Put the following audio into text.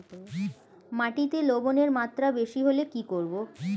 মাটিতে লবণের মাত্রা বেশি হলে কি করব?